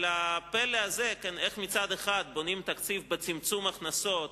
על הפלא הזה של איך מצד אחד בונים תקציב בצמצום הכנסות